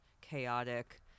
chaotic